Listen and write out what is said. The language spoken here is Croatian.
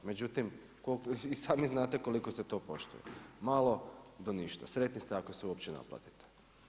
Međutim, i sami znate koliko se to poštuje, malo do ništa, sretni ste ako se uopće naplatiti.